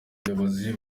ubuyobozi